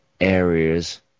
areas